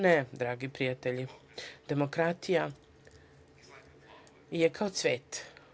Ne, dragi prijatelji, demokratija je kao cvet.